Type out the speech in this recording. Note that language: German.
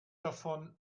davon